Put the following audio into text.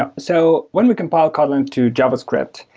ah so when we compile kotlin to javascript,